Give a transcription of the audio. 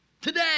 Today